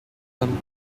term